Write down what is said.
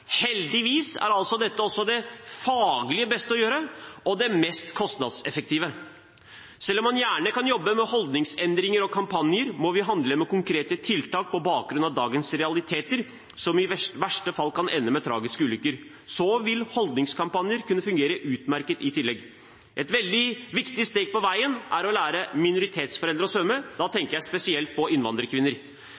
Heldigvis er dette også det faglig beste å gjøre, og det mest kostnadseffektive. Selv om man gjerne kan jobbe med holdningsendringer og kampanjer, må vi handle i form av konkrete tiltak på bakgrunn av dagens realiteter, som i verste fall kan ende med tragiske ulykker. Så vil holdningskampanjer kunne fungere utmerket i tillegg. Et veldig viktig steg på veien er å lære minoritetsforeldre å svømme – da